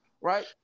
Right